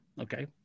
Okay